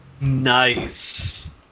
Nice